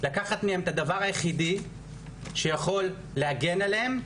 לקחת מהן את הדבר היחידי, שיכול להגן עליהן,